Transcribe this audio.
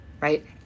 Right